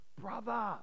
Brother